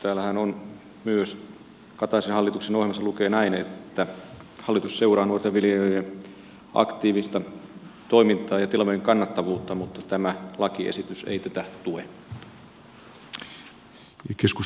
tämä on hyvin perusteltua sillä täällähän myös kataisen hallituksen ohjelmassa lukee että hallitus seuraa nuorten viljelijöiden aktiivista toimintaa ja tilojen kannattavuutta mutta tämä lakiesitys ei tätä tue